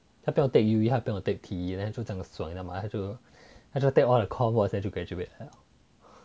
他不用 take 不用 take P_E then 就这样爽的吗他就他就 take all the core mods then 就 graduate 了